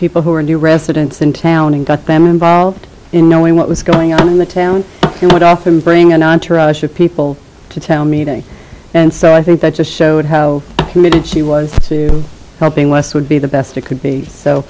people who were new residents and got them involved in knowing what was going on in the town and would often bring an entourage of people to town meeting and so i think that just showed how committed she was so you helping less would be the best it could be so